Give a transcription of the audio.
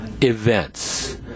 events